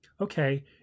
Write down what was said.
okay